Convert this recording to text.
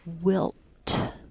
Wilt